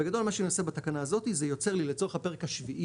בגדול מה שאני עושה בתקנה הזאת זה יוצר לי לצורך הפרק השביעי